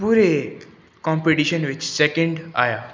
ਪੂਰੇ ਕੌਂਪਟੀਸ਼ਨ ਵਿੱਚ ਸੈਕਿੰਡ ਆਇਆ